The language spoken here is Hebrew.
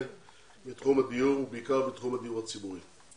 בתחום הדיור ובעיקר בתחום הדיור הציבורי.